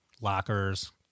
lockers